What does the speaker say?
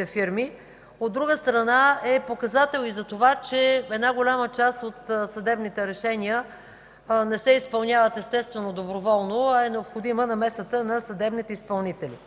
и фирми, от друга страна, е показател и за това, че голяма част от съдебните решения не се изпълняват доброволно, а е необходима намесата на съдебните изпълнители.